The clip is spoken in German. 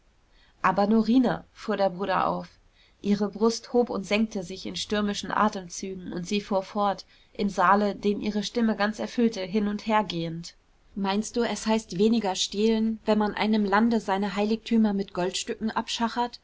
aber norina fuhr der bruder auf ihre brust hob und senkte sich in stürmischen atemzügen und sie fuhr fort im saale den ihre stimme ganz erfüllte hin und her gehend meinst du es heißt weniger stehlen wenn man einem lande seine heiligtümer mit goldstücken